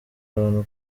abantu